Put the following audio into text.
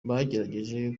bagerageje